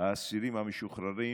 האסירים המשוחררים.